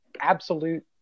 absolute